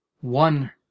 one